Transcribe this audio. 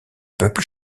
peuple